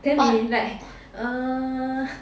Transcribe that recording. then we like uh